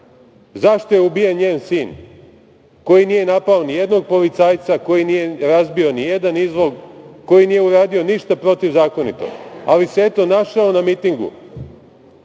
zašto je ubijen njen sin, koji nije napao nijednog policajca, koji nije razbio nijedan izlog, koji nije uradio ništa protivzakonito, ali se, eto, našao na mitingu?